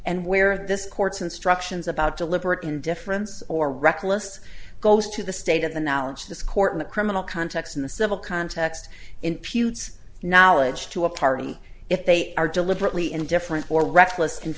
and where this court's instructions about deliberate indifference or reckless goes to the state of the knowledge of this court in the criminal context in the civil context in pubes knowledge to a party if they are deliberately indifferent or reckless